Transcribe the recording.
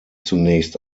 zunächst